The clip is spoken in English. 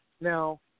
now